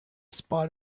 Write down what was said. spot